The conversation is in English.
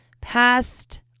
Past